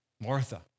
Martha